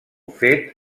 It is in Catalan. fet